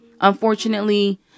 unfortunately